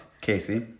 Casey